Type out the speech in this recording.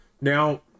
Now